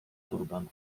turban